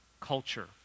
culture